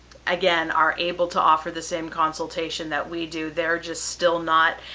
again, are able to offer the same consultation that we do, they're just still not